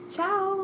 Ciao